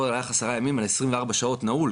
פה היה לך עשרה ימים על עשרים וארבע שעות נעול.